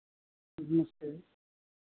जी नमस्ते